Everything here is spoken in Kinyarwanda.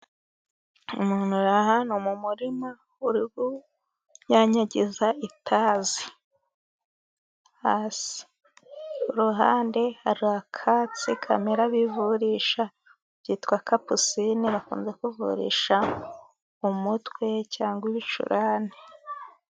Umuntu uri ahantu mu murima, uri kunyanyagiza itazi hasi, kuruhande hari akatsi kamera bivurisha, kitwa capusine bakunze kuvurisha, umutwe cyangwa ibicuranrane.